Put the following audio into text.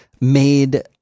made